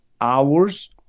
hours